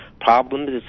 problems